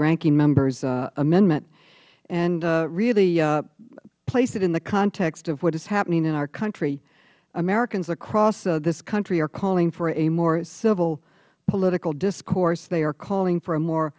ranking member's amendment and really place it in the context of what is happening in our country americans across this country are calling for a more civil political discourse they are calling for a more